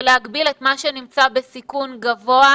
ולהגביל את מה שנמצא בסיכון גבוה,